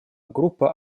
группа